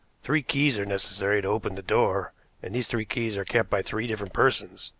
three keys are necessary to open the door, and these three keys are kept by three different persons.